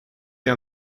jag